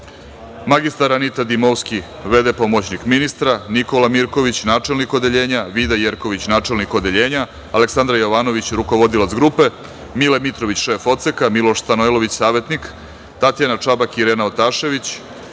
mr. Anita Dimovski, v.d. pomoćnik ministra, Nikola Mirković, načelnik odeljenja, Vida Jerković, načelnik odeljenja, Aleksandra Jovanović, rukovodilac grupe, Mile Mitrović, šef odseka, Miloš Stanojević, savetnik, Tatjana Čabak i Irena Otašević